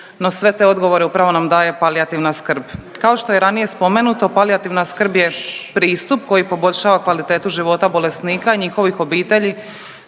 No sve te odgovore upravo nam daje palijativna skrb. Kao što je ranije spomenuto, palijativna skrb je pristup koji poboljšava kvalitetu života bolesnika i njihovih obitelji